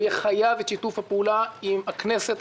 הוא יהיה חייב את שיתוף הפעולה עם הכנסת,